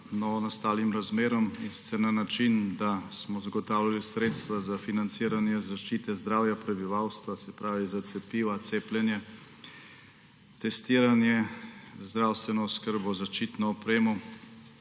novonastalim razmeram, in sicer na način, da smo zagotavljali sredstva za financiranje zaščite zdravja prebivalstva, se pravi za cepiva, cepljenje, testiranje, zdravstveno oskrbo, zaščitno opremo,